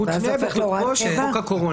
מותנה בתוקפו של חוק הקורונה.